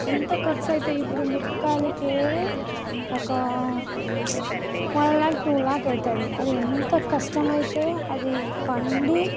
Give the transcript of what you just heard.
ఎంత ఖర్చు అయితే ఇప్పుడు మిరపకాయలకే ఒక వన్ లాక్ టూ లాక్ అవుతుంది అది ఎంత కష్టమైతే అది పండి